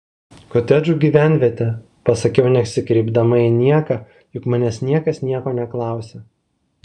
kotedžų gyvenvietė pasakiau nesikreipdama į nieką juk manęs niekas nieko neklausė